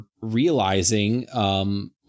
realizing –